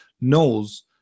knows